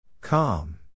Calm